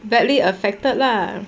badly affected lah